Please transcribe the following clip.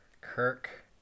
Kirk